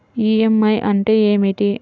EMI అంటే ఏమిటి?